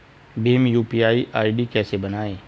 Bhim UPI ID कैसे बनाएं?